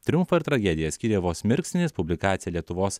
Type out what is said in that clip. triumfą ir tragediją skyrė vos mirksnis publikacija lietuvos